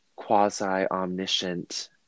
quasi-omniscient